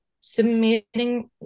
submitting